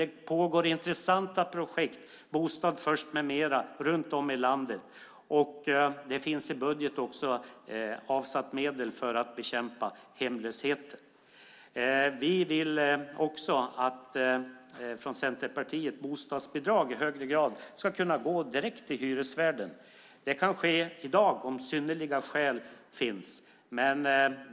Det pågår intressanta projekt, bland annat Bostad först med mera, runt om i landet. Det finns också avsatt medel i budgeten för att bekämpa hemlösheten. Vi från Centerpartiet vill också att bostadsbidrag i högre grad ska kunna gå direkt till hyresvärden. Det kan ske i dag om synnerliga skäl finns.